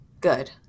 Good